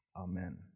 Amen